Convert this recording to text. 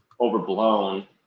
overblown